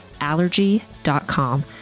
Allergy.com